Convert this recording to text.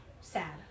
sad